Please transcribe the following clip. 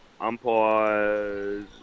umpires